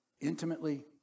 intimately